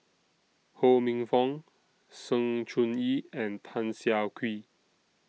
Ho Minfong Sng Choon Yee and Tan Siah Kwee